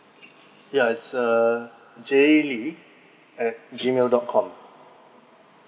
yeah its uh jaylee at G mail dot com